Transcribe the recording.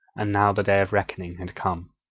and now the day of reckoning had come.